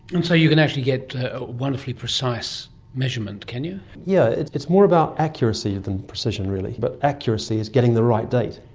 and so you can actually get wonderfully precise measurement, can you? yeah yes, it's more about accuracy than precision really, but accuracy is getting the right date.